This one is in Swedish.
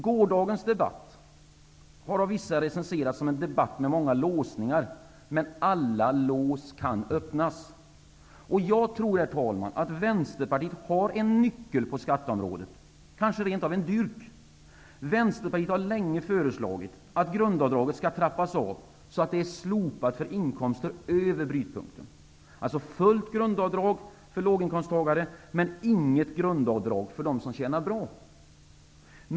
Gårdagens debatt har av vissa recenserats som en debatt med många låsningar, men alla lås kan öppnas. Jag tror, herr talman, att Vänsterpartiet har en nyckel på skatteområdet, kanske rent av en dyrk. Vänsterpartiet har länge föreslagit att grundavdraget skall trappas av så att det är slopat för inkomster över brytpunkten, dvs. fullt grundavdrag för låginkomsttagare, men inget grundavdrag för de som tjänar bra.